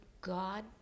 God